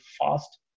fast